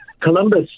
Columbus